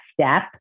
step